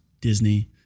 Disney